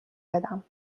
بدم